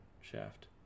shaft